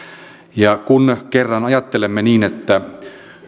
kun kerran ajattelemme niin että